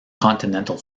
continental